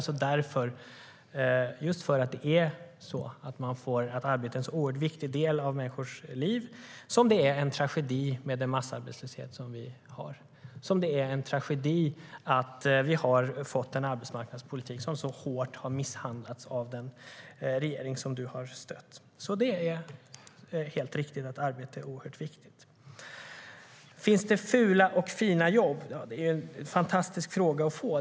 Finns det fula och fina jobb? Det är en fantastisk fråga att få.